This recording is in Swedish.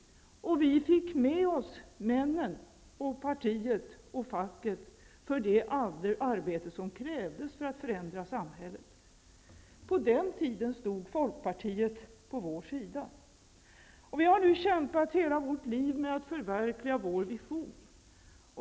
Och vi fick med oss männen, partiet och facket i det arbete som krävdes för att förändra samhället. På den tiden stod Folkpartiet på vår sida. Vi har nu kämpat hela vårt liv med att förverkliga vår vision.